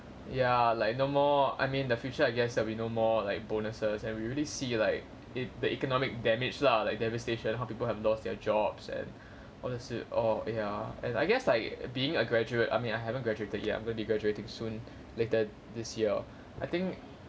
ya like no more I mean the future I guess there will be no more like bonuses and we really see like if the economic damage lah like devastation how people have lost their jobs and honestly oh ya and I guess like being a graduate I mean I haven't graduated yet I'm going to be graduating soon later this year I think